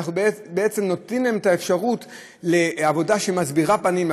אנחנו בעצם נותנים להם אפשרות לעבודה שמסבירה פנים,